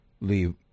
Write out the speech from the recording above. leave